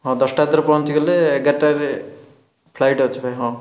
ହଁ ଦଶଟା ରାତିରେ ପହଞ୍ଚିଗଲେ ଏଗାରଟାରେ ଫ୍ଲାଇଟ୍ ଅଛି ଭାଇ ହଁ